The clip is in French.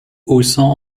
haussant